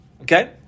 Okay